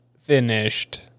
finished